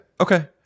Okay